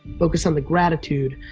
focus on the gratitude,